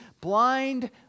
blind